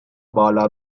بالا